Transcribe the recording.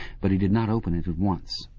but he did not open it at once.